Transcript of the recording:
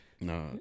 no